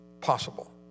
possible